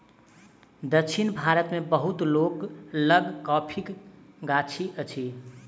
दक्षिण भारत मे बहुत लोक लग कॉफ़ीक गाछी अछि